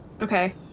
Okay